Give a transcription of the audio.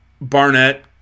Barnett